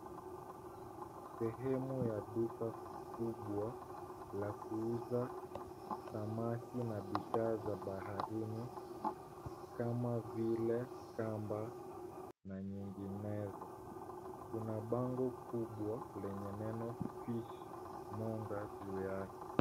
Sehemu ya duka kubwa, la kuuza samaki na bidhaa za baharini kama vile kamba na nyinginezo. Kuna bango kubwa lenye neno fishmonger[] juuu yake.